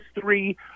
three